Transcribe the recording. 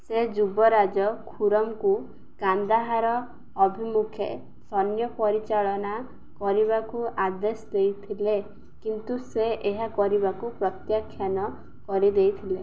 ସେ ଯୁବରାଜ ଖୁରମ୍ଙ୍କୁ କାନ୍ଦାହାର ଅଭିମୁଖେ ସୈନ୍ୟ ପରିଚାଳନା କରିବାକୁ ଆଦେଶ ଦେଇଥିଲେ କିନ୍ତୁ ସେ ଏହା କରିବାକୁ ପ୍ରତ୍ୟାଖ୍ୟାନ କରି ଦେଇଥିଲେ